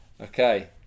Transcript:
Okay